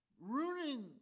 Ruining